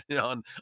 on